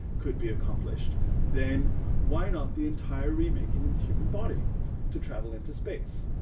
could be accomplished then why not the entire remaking of the human body to travel into space?